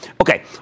Okay